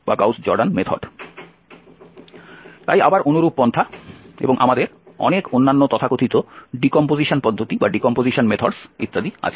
তাই আবার অনুরূপ পন্থা এবং আমাদের অনেক অন্যান্য তথাকথিত ডি কম্পোজিশন পদ্ধতি ইত্যাদি আছে